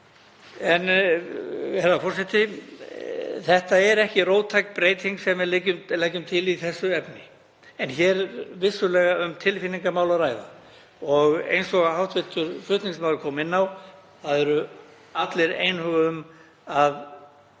um. Herra forseti. Þetta er ekki róttæk breyting sem við leggjum til í þessu efni, en vissulega er um tilfinningamál að ræða. Eins og hv. flutningsmaður kom inn á eru allir einhuga um að